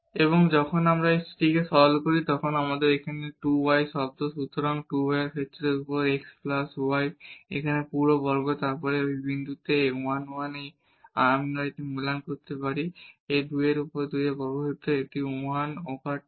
এবং যখন আমরা এটিকে সরল করি তখন এটি এখানে একটি 2 y টার্ম সুতরাং 2 y এর উপর x প্লাস y একটি পুরো বর্গ এবং তারপর এই বিন্দুতে 1 1 আমরা এটি মূল্যায়ন করতে পারি এটি 2 এর উপর 2 বর্গক্ষেত্র এটি 1 ওভার 2